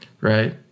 Right